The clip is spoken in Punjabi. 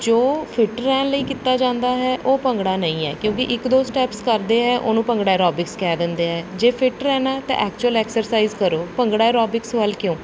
ਜੋ ਫਿੱਟ ਰਹਿਣ ਲਈ ਕੀਤਾ ਜਾਂਦਾ ਹੈ ਉਹ ਭੰਗੜਾ ਨਹੀਂ ਹੈ ਕਿਉਂਕਿ ਇੱਕ ਦੋ ਸਟੈਪਸ ਕਰਦੇ ਹੈ ਉਹਨੂੰ ਭੰਗੜਾ ਐਰੋਬਿਕਸ ਕਹਿ ਦਿੰਦੇ ਹੈ ਜੇ ਫਿੱਟ ਰਹਿਣਾ ਤਾਂ ਐਕਚੁਅਲ ਐਕਸਰਸਾਈਜ਼ ਕਰੋ ਭੰਗੜਾ ਐਰੋਬਿਕਸ ਵੱਲ ਕਿਉਂ